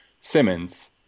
Simmons